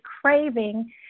craving